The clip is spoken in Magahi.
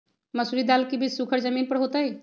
मसूरी दाल के बीज सुखर जमीन पर होतई?